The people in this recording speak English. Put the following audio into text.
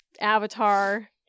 Avatar